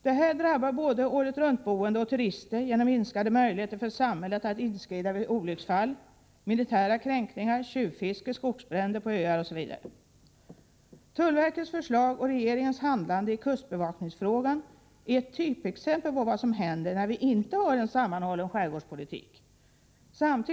Det här drabbar både åretruntboende och turister genom minskade möjligheter för samhället att inskrida vid olycksfall, militära kränkningar, tjuvfiske, skogsbränder på öar osv. Tullverkets förslag är, liksom regeringens handlande i kustbevakningsfrågan, ett typexempel på vad som händer när vi inte har en sammanhållen skärgårdspolitik.